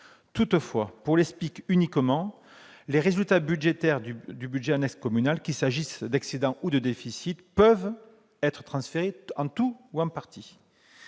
Toutefois, pour les SPIC uniquement, les résultats budgétaires du budget annexe communal, qu'il s'agisse d'excédents ou de déficits, peuvent être transférés en tout ou partie.